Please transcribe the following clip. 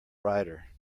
rider